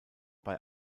bei